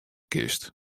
kinst